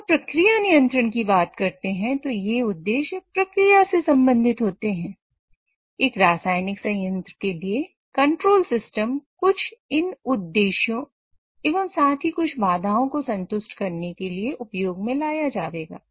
जब हम प्रक्रिया नियंत्रण कुछ इन उद्देश्यों एवं साथ ही कुछ बाधाओं को संतुष्ट करने के लिए उपयोग में लिया जावेगा